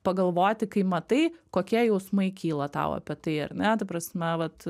pagalvoti kai matai kokie jausmai kyla tau apie tai ar ne ta prasme vat